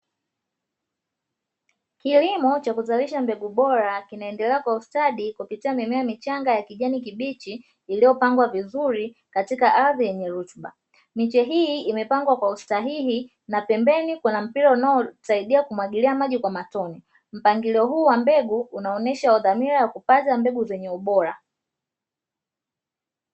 Kilimo cha kuzalisha mbegu bora kinaendelea kwa ustadi kupitia mimea michanga ya kijani kibichi iliyopangwa vizuri katika ardhi yenye rutuba, miche hii imepangwa kwa ustadi na pembeni kuna mpira unaosaidia kumwagilia maji kwa matone, mpangilio huu wa mbegu unaonesha dhamira ya kukuza mbegu zenye ubora.